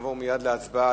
נעבור מייד להצבעה.